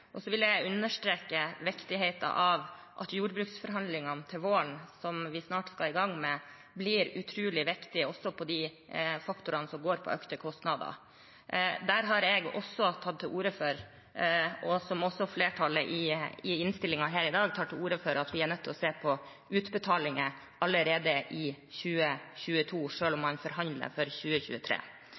Og så vil jeg understreke viktigheten av at jordbruksforhandlingene til våren, som vi snart skal i gang med, blir utrolig viktige også når det gjelder de faktorene som går på økte kostnader. Der har jeg også tatt til orde for – og som også flertallet i innstillingen her i dag tar til orde for – at vi er nødt til å se på utbetalinger allerede i 2022 selv om man forhandler for 2023.